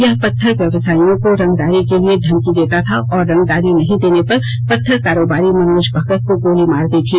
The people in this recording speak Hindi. वह पत्थर व्यवसाईयों को रंगदारी के लिए धमकी देता था और रंगदारी नहीं देने पर पत्थर कारोबारी मनोज भगत को गोली मार दी थी